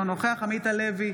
אינו נוכח עמית הלוי,